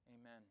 amen